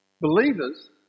Believers